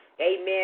amen